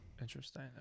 interesting